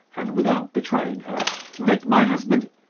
and without betraying her, to make my husband,